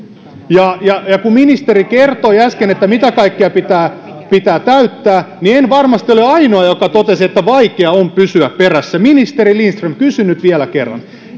ja ja kun ministeri kertoi äsken mitä kaikkea pitää pitää täyttää niin en varmasti ole ainoa joka totesi että vaikea on pysyä perässä ministeri lindström kysyn nyt vielä kerran